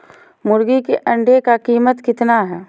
मुर्गी के अंडे का कीमत कितना है?